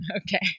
okay